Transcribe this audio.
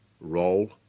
role